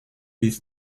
this